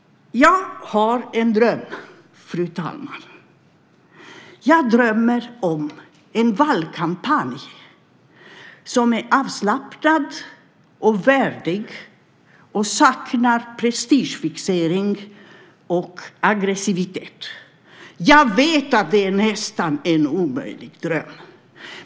Jag har en dröm, fru talman! Jag drömmer nämligen om en valkampanj som är avslappnad och värdig och som saknar prestigefixering och aggressivitet. Jag vet att det nästan är en omöjlighet.